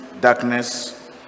Darkness